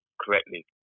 correctly